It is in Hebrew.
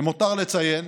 למותר לציין